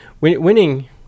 Winning